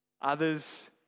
Others